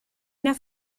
una